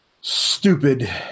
stupid